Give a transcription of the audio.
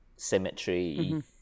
Symmetry